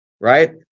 right